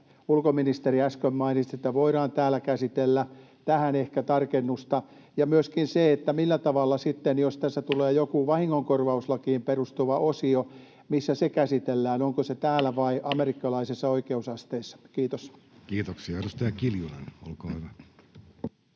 ulkoministeri, äsken mainitsitte, että voidaan täällä käsitellä — tähän ehkä tarkennusta. Myöskin se, jos tässä tulee joku vahingonkorvauslakiin perustuva osio, missä se käsitellään? Onko se täällä vai amerikkalaisissa oikeusasteissa? — Kiitos. Kiitoksia. — Edustaja Kiljunen, olkaa hyvä.